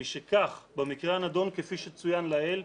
משכך במקרה הנדון, כפי שצוין לעיל,